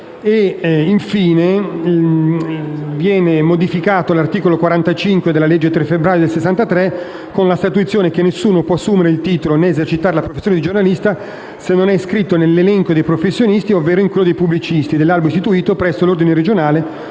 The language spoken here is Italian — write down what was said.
Infine, viene modificato l'articolo 45 della legge n. 69 del 3 febbraio 1963, con la statuizione che nessuno può assumere il titolo né esercitare la professione di giornalista se non è iscritto nell'elenco dei professionisti ovvero in quello dei pubblicisti dell'albo istituito presso l'Ordine regionale